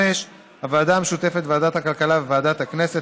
5. ועדה משותפת לוועדת הכלכלה וועדת הכנסת